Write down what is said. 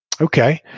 Okay